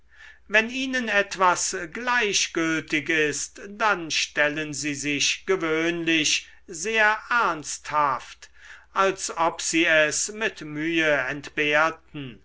wenn ihnen etwas gleichgültig ist dann stellen sie sich gewöhnlich sehr ernsthaft als ob sie es mit mühe entbehrten